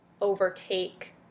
overtake